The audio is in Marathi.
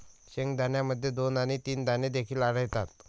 शेंगदाण्यामध्ये दोन आणि तीन दाणे देखील आढळतात